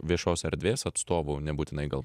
viešos erdvės atstovų nebūtinai gal